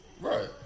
Right